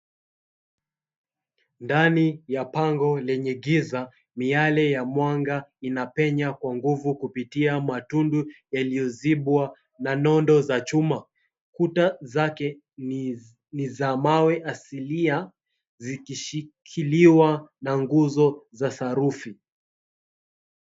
Ndani ya pango lenye giza, miale ya mwanga inapenya kwa nguvu kupitia matundu yaliyozibwa na nondo za chuma, ukuta zake ni za mawe asilia zikishikiliwa na nguzo za sarufi.